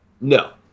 No